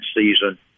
season